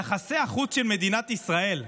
יחסי החוץ של מדינת ישראל,